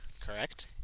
Correct